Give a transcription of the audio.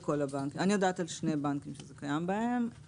אני יודעת על שני בנקים שזה קיים בהם.